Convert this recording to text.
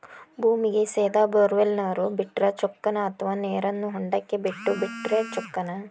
ಭೂಮಿಗೆ ಸೇದಾ ಬೊರ್ವೆಲ್ ನೇರು ಬಿಟ್ಟರೆ ಚೊಕ್ಕನ ಅಥವಾ ನೇರನ್ನು ಹೊಂಡಕ್ಕೆ ಬಿಟ್ಟು ಬಿಟ್ಟರೆ ಚೊಕ್ಕನ?